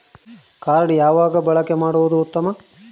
Card ಯಾವಾಗ ಬಳಕೆ ಮಾಡುವುದು ಉತ್ತಮ?